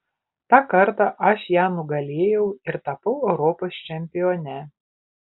tą kartą aš ją nugalėjau ir tapau europos čempione